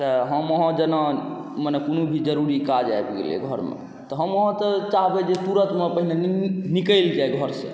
तऽ हम अहाँ जेना मने कोनो भी जरूरी काज आबि गेलै घरमे तऽ हम अहाँ तऽ चाहबै जे तुरन्तमे पहिने निकलि जाइ घरसँ